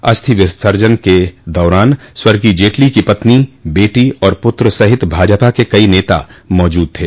अस्थि विसर्जन के दौरान स्वर्गीय जेटली की पत्नी बेटी और पुत्र सहित भाजपा के कई नेता मौजूद थे